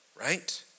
right